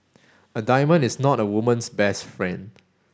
a diamond is not a woman's best friend